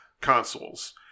consoles